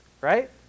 Right